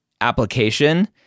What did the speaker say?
application